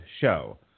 show